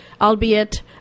albeit